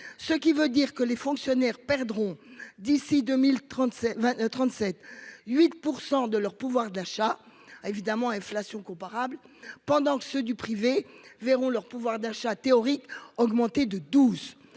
ce qui veut dire que les fonctionnaires perdront d'ici 2035 29 37 8 % de leur pouvoir d'achat. Ah évidemment inflation comparables pendant que ceux du privé verront leur pouvoir d'achat théorique augmenter de 12.